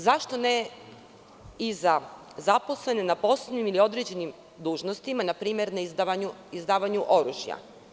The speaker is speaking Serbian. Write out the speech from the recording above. Zašto ne i za zaposlene na posebnim ili određenim dužnostima, na primer na izdavanju oružja?